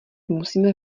musíme